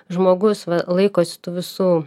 žmogus laikosi tų visų